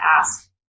ask